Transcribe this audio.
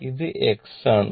ഇത് x ആണ്